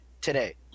today